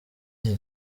iki